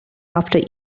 after